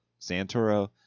Santoro